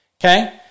okay